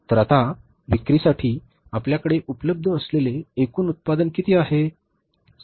तर आता विक्रीसाठी आपल्याकडे उपलब्ध असलेले एकूण उत्पादन किती आहे